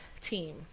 team